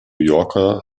yorker